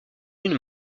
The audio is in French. une